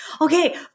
okay